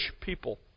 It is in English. people